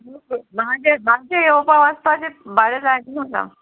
म्हाजें म्हाजें येवपा वाचपाचें बाडें जाय न्ही म्हाका